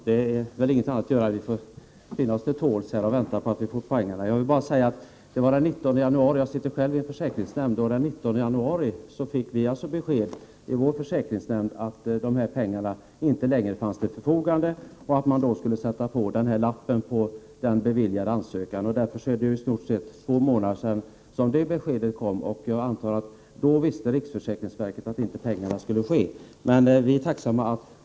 Herr talman! Det finns väl inget annat att göra än att ge sig till tåls och vänta på pengarna. Jag ingår själv i en försäkringsnämnd, och den 19 januari fick vi där besked om att dessa bilstödspengar inte fanns till förfogande och att man skulle sätta på en meddelandelapp om detta på beviljade ansökningar. Det är alltså nu i stort sett två månader sedan det beskedet kom, och jag antar att riksförsäkringsverket då visste att pengarna inte skulle räcka.